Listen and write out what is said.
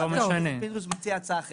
חבר הכנסת פינדורס מציע הצעה אחרת.